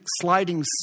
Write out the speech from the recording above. sliding